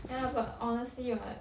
ya but honestly right